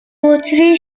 بطری